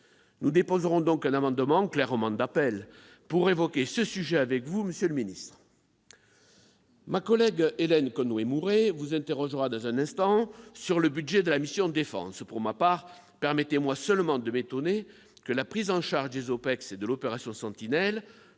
Nous déposerons donc un amendement- d'appel, bien évidemment -pour évoquer ce sujet avec vous, monsieur le ministre. Ma collègue Hélène Conway-Mouret vous interrogera sur le budget de la mission « Défense ». Pour ma part, permettez-moi seulement de m'étonner que la prise en charge des OPEX et de l'opération Sentinelle